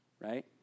right